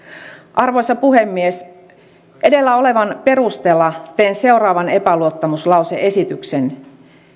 arvoisa puhemies edellä olevan perusteella teen seuraavan epäluottamuslause esityksen